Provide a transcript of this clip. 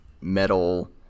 metal